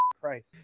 christ